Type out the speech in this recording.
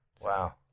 wow